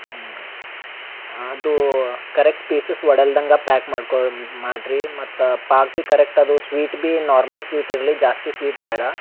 ಹ್ಞೂ ಆದು correct pieces ಒಡಲ್ದಂಗ ಪ್ಯಾಕ್ ಮಾಡ್ಕೋ ಮಾಡ್ರಿ ಮತ್ತು ಪಾಕ್ ಬಿ ಕರೆಕ್ಟ್ ಅದು ಸ್ವೀಟ್ ಬಿ ನಾರ್ಮಲ್ ಸ್ವೀಟ್ ಇರಲಿ ಜಾಸ್ತಿ ಸ್ವೀಟ್ ಬ್ಯಾಡ